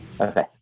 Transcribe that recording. Okay